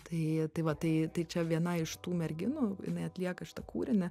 tai tai va tai tai čia viena iš tų merginų jinai atlieka šitą kūrinį